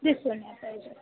दिसून यायला पाहिजे